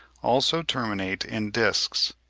also terminate in discs.